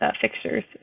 fixtures